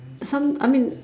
some I mean